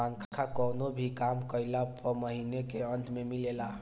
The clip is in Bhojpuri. तनखा कवनो भी काम कइला पअ महिना के अंत में मिलेला